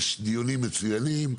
יש דיונים מצוינים,